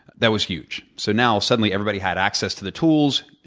that was huge. so now, suddenly, everybody had access to the tools.